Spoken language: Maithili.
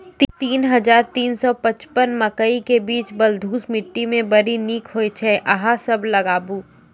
तीन हज़ार तीन सौ पचपन मकई के बीज बलधुस मिट्टी मे बड़ी निक होई छै अहाँ सब लगाबु?